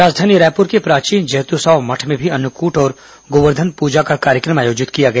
राजधानी रायपुर के प्राचीन जैतूसाव मठ में भी अन्नकूट और गोवर्धन प्रजा का कार्य क्र म आयोजित किया गया